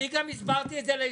אני גם הסברתי את זה להסתדרות,